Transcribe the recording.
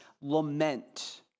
lament